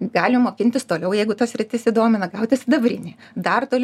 gali mokintis toliau jeigu ta sritis domina gauti sidabrinį dar toliau